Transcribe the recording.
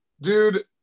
Dude